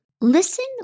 Listen